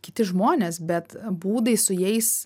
kiti žmonės bet būdai su jais